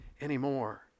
anymore